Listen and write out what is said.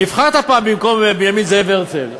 נבחרת פעם במקום בנימין זאב הרצל.